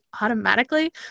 automatically